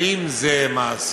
האם זה מעשי?